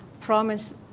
promise